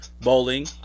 bowling